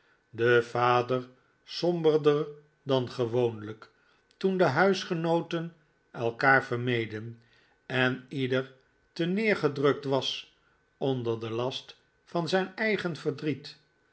de vader sornberder dan gewoonlijk toen de huisgenooten elkaar vermeden en ieder teneergedrukt was onder den last van zijn eigen verdriet